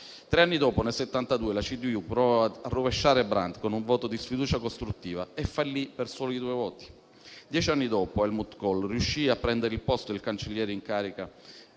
Tre anni dopo, nel 1972, la CDU provò a rovesciare Brandt con un voto di sfiducia costruttiva e fallì per soli due voti. Dieci anni dopo, Helmut Kohl riuscì a prendere il posto del cancelliere in carica